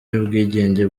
y’ubwigenge